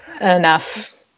enough